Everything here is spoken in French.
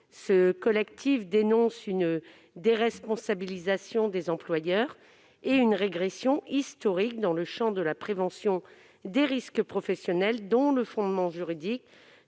Ce collectif dénonce une déresponsabilisation des employeurs et une régression historique dans le champ de la prévention des risques professionnels, dont le fondement juridique